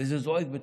וזה זועק בתוכי.